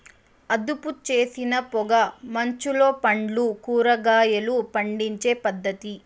అదుపుచేసిన పొగ మంచులో పండ్లు, కూరగాయలు పండించే పద్ధతి